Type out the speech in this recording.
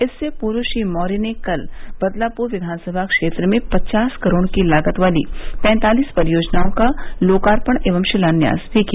इससे पूर्व श्री मौर्य ने कल बदलापुर विधानसभा क्षेत्र में पचास करोड़ की लागत वाली तैंतालीस परियोजनाओं का लोकार्पण एवं शिलान्यास भी किया